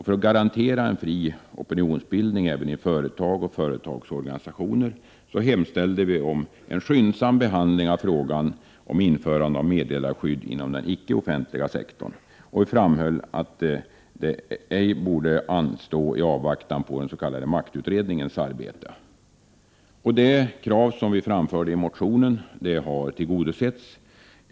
För att garantera en fri opinionsbildning även i företag och företagsorganisationer hemställde vi om en skyndsam behandling av frågan om införandet av meddelarskydd inom den icke offentliga sektorn. Vidare framhöll vi att detta arbete ej borde få anstå i avvaktan på den s.k. maktutredningens arbete. Detta vårt motionskrav har tillgodosetts.